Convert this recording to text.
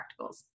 practicals